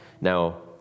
Now